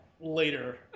later